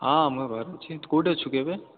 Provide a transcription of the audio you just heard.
ହଁ ମୁଁ ବା ଘରେ ଅଛି ତୁ କେଉଁଠି ଅଛୁ କି ଏବେ